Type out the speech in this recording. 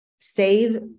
Save